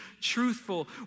truthful